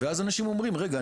ואז אנשים אומרים רגע,